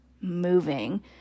moving